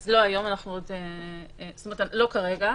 לא כרגע.